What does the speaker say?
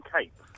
cape